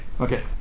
Okay